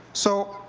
so